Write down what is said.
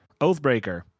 Oathbreaker